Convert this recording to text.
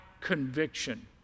conviction